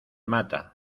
mata